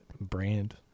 Brand